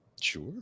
sure